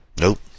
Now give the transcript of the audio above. Nope